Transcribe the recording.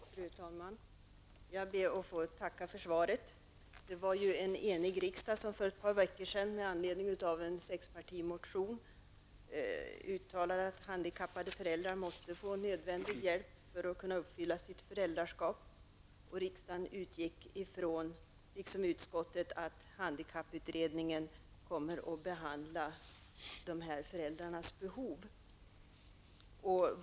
Fru talman! Jag ber att få tacka för svaret. Det var ju en enig riksdag som för ett par veckor sedan med anledning av en sexpartimotion uttalade att handikappade föräldrar måste få nödvändig hjälp för att kunna uppfylla sitt föräldraskap, och riksdagen utgick ifrån, liksom utskottet, att handikapputredningen kommer att behandla de här föräldrarnas behov.